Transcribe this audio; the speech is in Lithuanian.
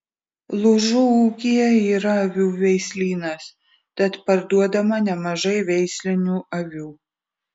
lūžų ūkyje yra avių veislynas tad parduodama nemažai veislinių avių